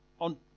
on